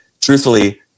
truthfully